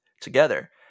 together